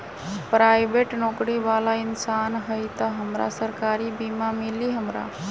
Private नौकरी बाला इंसान हई त हमरा सरकारी बीमा मिली हमरा?